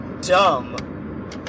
dumb